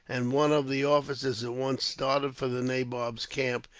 and one of the officers at once started for the nabob's camp,